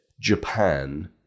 Japan